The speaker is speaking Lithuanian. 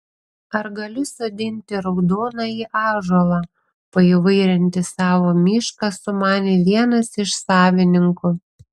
ar galiu sodinti raudonąjį ąžuolą paįvairinti savo mišką sumanė vienas iš savininkų